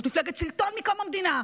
זו מפלגת שלטון מקום המדינה.